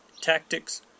tactics